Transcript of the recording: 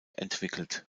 entwickelt